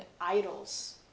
idols